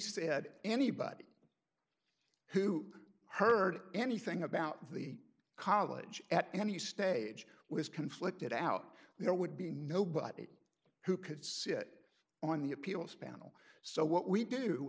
said anybody who heard anything about the college at any stage was conflicted out there would be no but it who could sit on the appeals panel so what we do